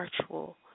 Virtual